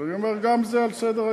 אבל אני אומר שגם זה על סדר-היום.